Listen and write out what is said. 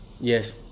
Yes